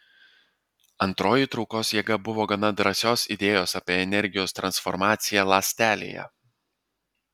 antroji traukos jėga buvo gana drąsios idėjos apie energijos transformaciją ląstelėje